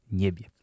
niebie